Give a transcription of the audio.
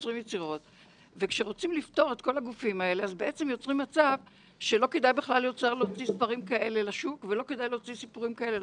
היוצרים, לתת הגנה ליוצר על היצירה שלו.